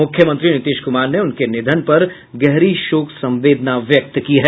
मुख्यमंत्री नीतीश कुमार ने उनके निधन पर गहरी शोक संवेदना व्यक्त की है